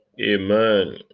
Amen